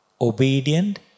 Obedient